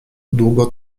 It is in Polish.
długo